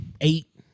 eight